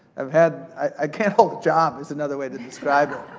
i've had, i can't hold a job is another way to describe